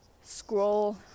scroll